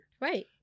Right